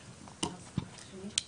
השאלה